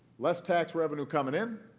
less tax revenue coming in,